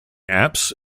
apse